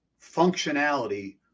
functionality